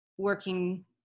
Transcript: working